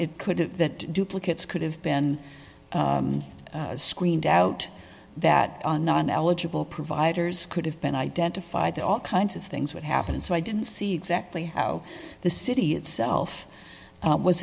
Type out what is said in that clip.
it could have that duplicates could have been screened out that on an eligible providers could have been identified that all kinds of things would happen and so i didn't see exactly how the city itself was